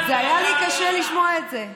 היה לי קשה לשמוע את זה.